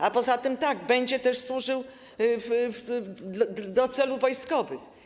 A poza tym tak, będzie też służył do celów wojskowych.